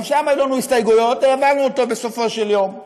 גם שם היו לנו הסתייגויות והעברנו אותו בסופו של יום.